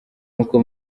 nkuko